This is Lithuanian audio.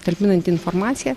talpinanti informaciją